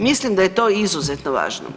Mislim da je to izuzetno važno.